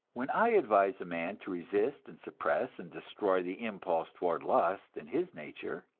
when i advise a man to resist and suppress and destroy the impulse toward lust in his nature,